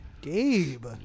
gabe